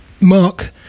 Mark